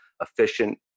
efficient